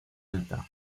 alta